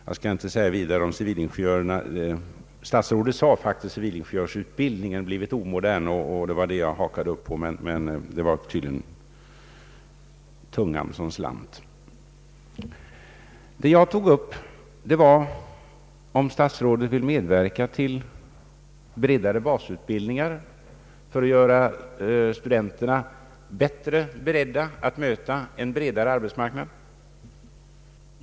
Jag skall inte ta upp civilingenjörerna till ytterligare debatt. Statsrådet sade faktiskt att civilingenjörsutbildningen blivit omodern, och det var detta jag hakade upp mig på. Tydligen var det tungan som slant. Det jag tog upp var frågan om statsrådet vill medverka till bredare basutbildning för att göra studenterna bättre beredda att möta en bredare arbetsmarknad.